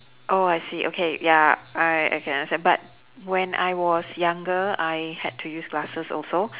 oh I see okay ya I I can understand but when I was younger I had to use glasses also